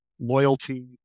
loyalty